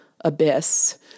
abyss